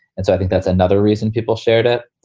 and so i think that's another reason people shared it.